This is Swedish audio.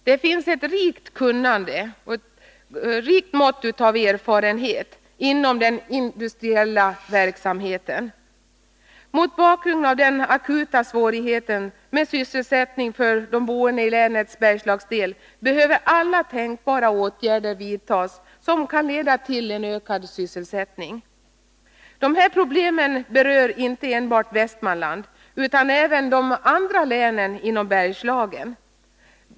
Det finns ett rikt mått av erfarenhet och kunnande inom den industriella verksamheten. Mot bakgrund av de akuta svårigheterna med sysselsättning för de boende i länets Bergslagsdel behöver alla tänkbara åtgärder vidtas som kan leda till ökad sysselsättning. Dessa problem berör inte enbart Västmanland utan även de andra länen i Bergslagen.